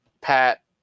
Pat